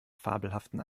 fabelhaften